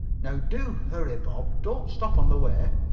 now do hurry, bob. don't stop on the way,